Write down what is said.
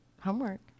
homework